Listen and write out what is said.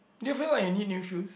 do you feel like any new shoes